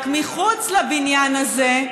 רק מחוץ לבניין הזה,